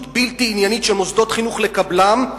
בלתי עניינית של מוסדות חינוך לקבלם,